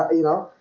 ah you know,